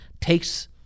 takes